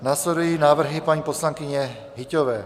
Následují návrhy paní poslankyně Hyťhové.